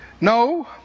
no